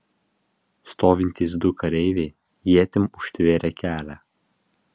stovintys du kareiviai ietim užtvėrė kelią